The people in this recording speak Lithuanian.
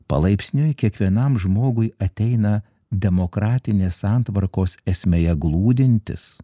palaipsniui kiekvienam žmogui ateina demokratinės santvarkos esmėje glūdintis